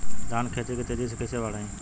धान क खेती के तेजी से कइसे बढ़ाई?